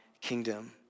kingdom